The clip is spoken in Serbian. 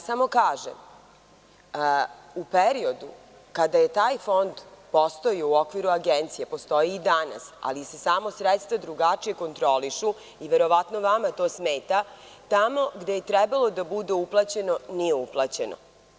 Samo kažem, u periodu kada je taj fond postojao u okviru Agencije, a postoji i danas, ali se samo sredstva drugačije kontrolišu i verovatno vama to smeta, tamo gde je trebalo da bude uplaćeno nije uplaćeno.